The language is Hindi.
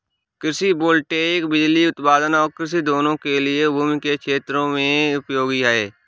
कृषि वोल्टेइक बिजली उत्पादन और कृषि दोनों के लिए भूमि के क्षेत्रों में उपयोगी है